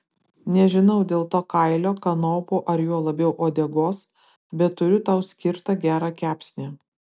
nežinau dėl to kailio kanopų ar juo labiau uodegos bet turiu tau skirtą gerą kepsnį